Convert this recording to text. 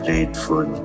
Grateful